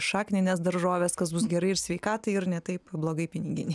šaknines daržoves kas bus gerai ir sveikatai ir ne taip blogai piniginei